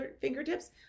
fingertips